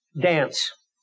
dance